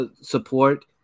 support